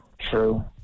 True